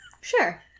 Sure